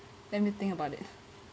let me think about it